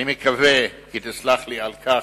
אני מקווה כי תסלח לי על כך.